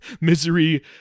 misery